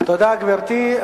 תודה, גברתי.